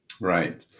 Right